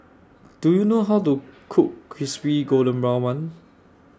Do YOU know How to Cook Crispy Golden Brown Bun